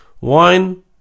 Wine